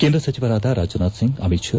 ಕೇಂದ್ರ ಸಚಿವರಾದ ರಾಜನಾಥ್ ಸಿಂಗ್ ಅಮಿತ್ ಷಾ